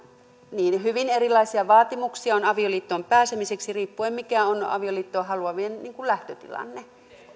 niin hyvin erilaisia vaatimuksia on avioliittoon pääsemiseksi riippuen siitä mikä on avioliittoon haluavien lähtötilanne